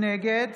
נגד